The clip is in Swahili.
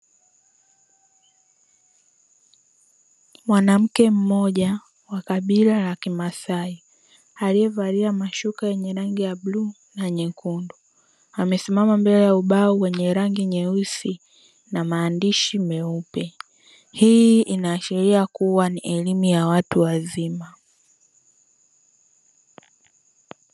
Mwanamke mmoja wa kabila la kimasai alievalia mashuka yenye rangi ya bluu na nyekundu. Amesimama mbele ya ubao wenye rangi nyeusi na maandishi meupe. Hii inaashiria kuwa ni elimu ya watu wazima.